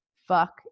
Fuck